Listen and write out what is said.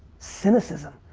cynicism.